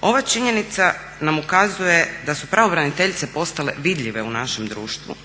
Ova činjenica nam ukazuje da su pravobraniteljice postale vidljive u našem društvu,